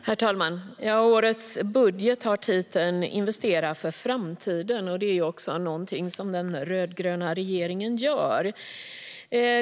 Herr talman! Titeln på årets budget innehåller orden "investera för framtiden", och det är också någonting den rödgröna regeringen gör.